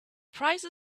price